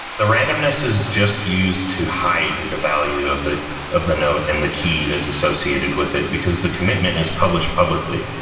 the randomness is just used to hide the value of the of the note and the key that's associated with it, because the commitment is published publicly.